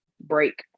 break